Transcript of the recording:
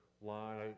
line